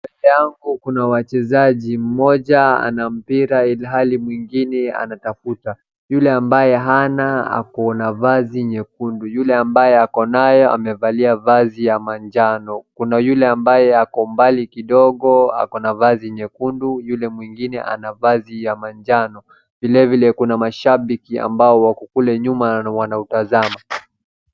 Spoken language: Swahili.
Mbele yangu kuna wachezaji, mmoja ana mpira ilhali mwingine anatafuta. Yule ambaye hana ako na vazi nyekundu, yule ambaye ako nayo amevalia vazi la manjano. Kuna yule ambaye ako mbali kidogo ako na vazi nyekundu na yule mwingine ana vazi la manjano. Vilevile kuna mashabiki ambao wako kule nyuma wanautazama.